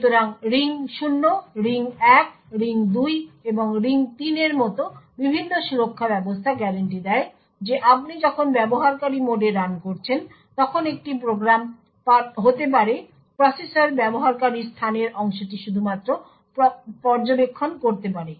সুতরাং ring 0 ring 1 ring 2 এবং ring 3 এর মতো বিভিন্ন সুরক্ষা ব্যবস্থা গ্যারান্টি দেয় যে আপনি যখন ব্যবহারকারী মোডে রান করছেন তখন একটি প্রোগ্রাম পারতে পারে প্রসেসের ব্যবহারকারীর স্থানের অংশটি শুধুমাত্র পর্যবেক্ষণ করতে পারে